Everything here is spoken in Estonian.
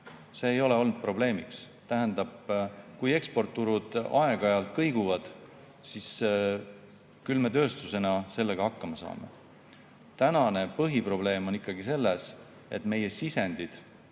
See ei ole olnud probleemiks. Kui eksporditurud aeg-ajalt kõiguvad, siis küll me tööstusena sellega hakkama saame. Tänane põhiprobleem on ikkagi selles, et meie sisendid